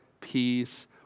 peace